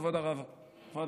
כבוד הרב אריה?